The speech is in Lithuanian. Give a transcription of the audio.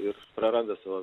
ir praranda savo